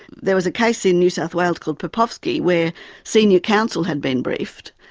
there was a case in new south wales called papovski where senior counsel had been briefed,